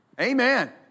Amen